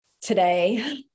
today